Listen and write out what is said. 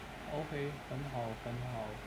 okay 很好很好